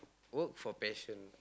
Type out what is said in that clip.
work for passion